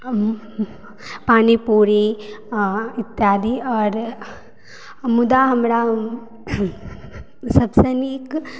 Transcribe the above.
पानीपूरी आ इत्यादि आओर मुदा हमरा सभसँ नीक